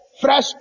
fresh